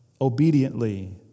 obediently